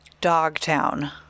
Dogtown